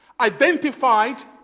identified